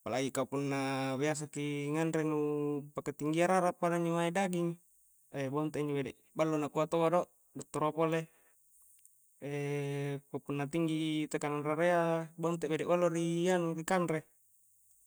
apalagi ka punna biasaki nganre nupaka tinggia rara pada injo mae daging, e bonte' a injo bede ballo nakua tau a do dottoroa pole ka punna tinggi tekanang raraiyya bonte bede ballo ri anu ri kanre.